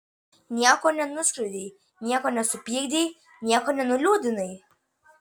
nieko nenuskriaudei nieko nesupykdei nieko nenuliūdinai